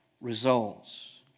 results